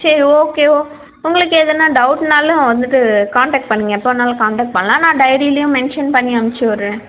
சரி ஓகே உங்களுக்கு எதுனா டவுட்டுனாலும் வந்துவிட்டு கான்டக்ட் பண்ணுங்கள் எப்போ வேணுனாலும் கான்டக்ட் பண்ணலாம் நான் டைரிலேயும் மென்ஷன் பண்ணி அம்ச்சு விடுறேன்